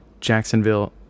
Jacksonville